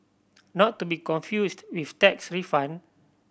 not to be confused with tax refund